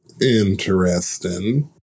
Interesting